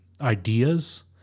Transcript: ideas